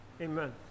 Amen